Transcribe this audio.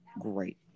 great